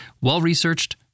well-researched